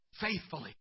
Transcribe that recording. faithfully